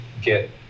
get